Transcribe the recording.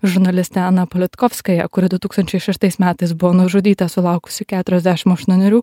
žurnalistė ana politkovskaja kuri du tūkstančiai šeštais metais buvo nužudyta sulaukusi keturiasdešim aštuonerių